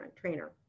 trainer